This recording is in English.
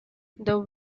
the